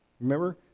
Remember